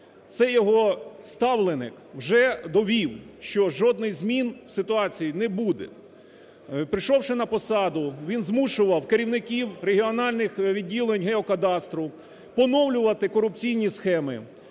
цей його ставленик вже довів, що жодних змін в ситуації не буде. Прийшовши на посаду, він змушував керівників регіональних відділень геокадастру поновлювати корупційні схеми,